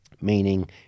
Meaning